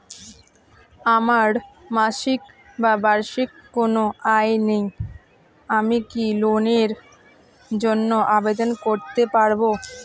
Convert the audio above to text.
আমার মাসিক বা বার্ষিক কোন আয় নেই আমি কি লোনের জন্য আবেদন করতে পারব?